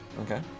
Okay